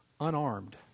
unarmed